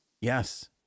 Yes